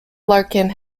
larkin